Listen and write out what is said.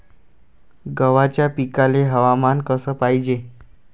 गव्हाच्या पिकाले हवामान कस पायजे?